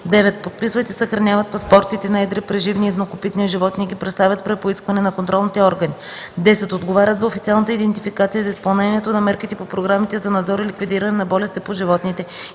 9. подписват и съхраняват паспортите на едри преживни и еднокопитни животни и ги представят при поискване на контролните органи; 10. отговарят за официалната идентификация и за изпълнението на мерките по програмите за надзор и ликвидиране на болести по животните